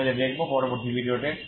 আমরা যা দেখব পরবর্তী ভিডিওতে